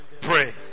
Pray